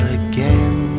again